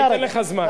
אני אתן לך זמן,